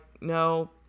no